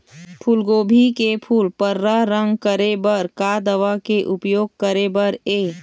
फूलगोभी के फूल पर्रा रंग करे बर का दवा के उपयोग करे बर ये?